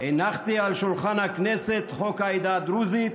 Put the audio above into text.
הנחתי על שולחן הכנסת את חוק העדה דרוזית,